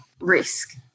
risk